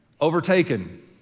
overtaken